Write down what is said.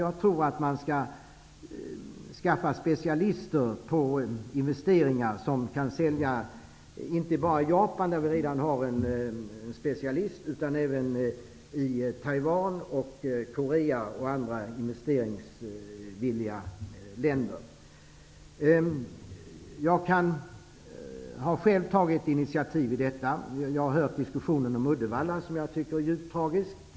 Jag tror man borde skaffa specialister på investeringar, som kan sälja inte bara i Japan, där vi redan har en specialist, utan även i Taiwan och Korea och andra investeringsvilliga länder. Jag har själv tagit initiativ i detta. Jag har hört diskussionen om Uddevalla som jag tycker är djupt tragiskt.